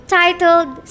titled